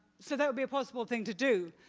so that would be a possible thing to do.